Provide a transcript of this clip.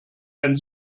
ein